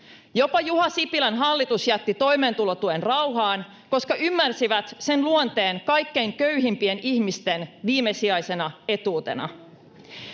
Jopa Juha Sipilän hallitus jätti toimeentulotuen rauhaan, koska he ymmärsivät sen luonteen kaikkein köyhimpien ihmisten viimesijaisena etuutena.